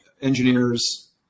engineers